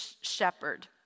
shepherd